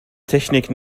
technik